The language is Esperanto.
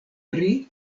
pri